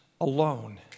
alone